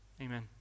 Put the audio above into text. Amen